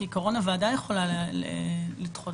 גם הוועדה יכולה לדחות.